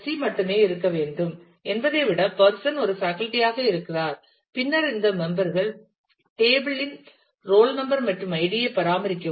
C மட்டுமே இருக்க வேண்டும் என்பதை விட பர்சன் ஒரு பேக்கல்டி ஆக இருக்கிறார் பின்னர் இந்த மெம்பர் கள் டேபிள் இல் ரோல் நம்பர் மற்றும் ஐடியை பராமரிக்கவும்